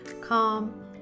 Calm